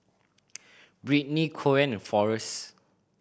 Britney Coen and Forest